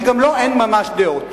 שגם לו אין ממש דעות,